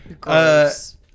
Gross